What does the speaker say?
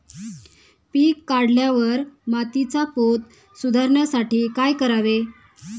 पीक काढल्यावर मातीचा पोत सुधारण्यासाठी काय करावे?